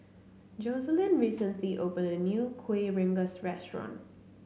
Joseline recently opened a new Kuih Rengas restaurant